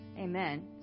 Amen